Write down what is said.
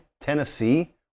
Tennessee